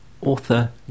author